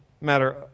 matter